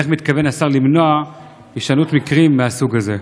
2. איך מתכוון השר למנוע הישנות מקרים מהסוג הזה?